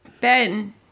Ben